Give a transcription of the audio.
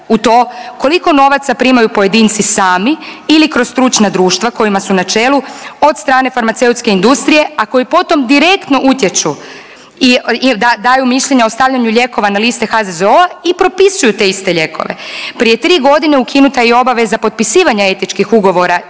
u to koliko novaca primaju pojedinci sami ili kroz stručna društva kojima su na čelu od strane farmaceutske industrije, a koji potom direktno utječu i daju mišljenja o stavljanju lijekova na liste HZZO-a i propisuju te iste lijekove. Prije tri godine ukinuta je i obaveza potpisivanja etičkih ugovora